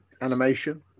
animation